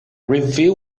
review